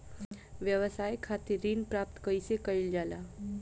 व्यवसाय खातिर ऋण प्राप्त कइसे कइल जाला?